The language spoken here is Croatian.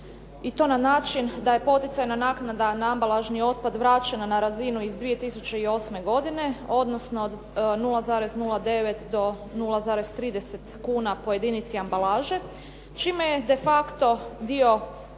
i to na način da je poticajna naknada na ambalažni otpad vraćena na razinu iz 2008. godine, odnosno 0,09 do 0,30 kuna po jedinici ambalaže, čime je defacto dio